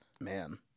man